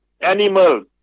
animals